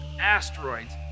asteroids